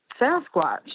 Sasquatch